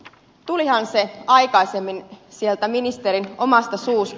tulihan se aikaisemmin sieltä ministerin omasta suusta